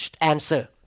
Answer